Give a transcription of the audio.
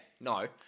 no